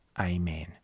Amen